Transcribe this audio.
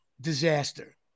disaster